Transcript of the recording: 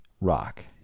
Rock